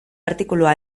artikulua